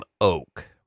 OAK